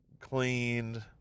cleaned